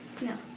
No